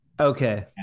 Okay